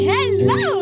Hello